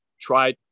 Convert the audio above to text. try